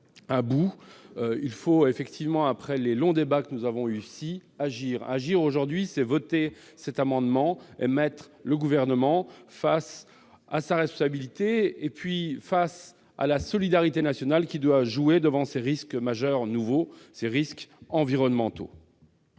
à bout de patience. Après les longs débats que nous avons eus, il faut agir. Agir aujourd'hui, c'est voter cet amendement, mettre le Gouvernement face à sa responsabilité, et la solidarité nationale doit jouer devant ces risques majeurs nouveaux que sont les risques environnementaux.